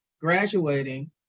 graduating